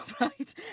right